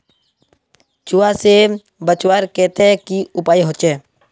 चूहा से बचवार केते की उपाय होचे?